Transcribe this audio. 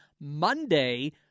Monday